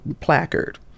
placard